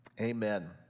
Amen